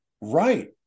Right